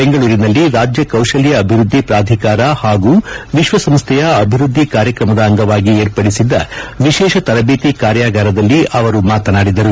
ಬೆಂಗಳೂರಿನಲ್ಲಿ ರಾಜ್ಯ ಕೌಶಲ್ತ ಅಭಿವೃದ್ದಿ ಪ್ರಾಧಿಕಾರ ಹಾಗೂ ವಿಶ್ವಸಂಸ್ಥೆಯ ಅಭಿವೃದ್ದಿ ಕಾರ್ಯಕ್ರಮದ ಅಂಗವಾಗಿ ಏರ್ಪಡಿಸಿದ್ದ ವಿಶೇಷ ತರಬೇತಿ ಕಾರ್ಯಾಗಾರದಲ್ಲಿ ಅವರು ಮಾತನಾಡಿದರು